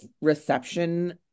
reception